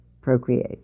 procreate